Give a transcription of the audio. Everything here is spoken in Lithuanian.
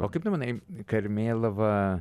o kaip tu manai karmėlava